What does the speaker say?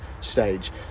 stage